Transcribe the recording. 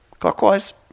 clockwise